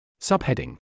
Subheading